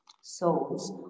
souls